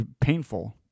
painful